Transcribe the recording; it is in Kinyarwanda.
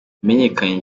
yamenyekanye